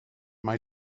mai